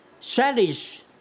challenge